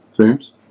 James